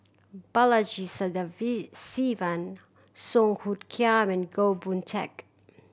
Balaji Song Hoot Kiam and Goh Boon Teck